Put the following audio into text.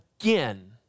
again